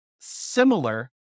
similar